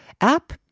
app